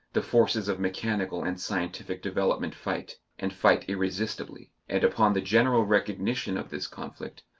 the forces of mechanical and scientific development fight, and fight irresistibly and upon the general recognition of this conflict,